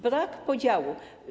Brak podziału.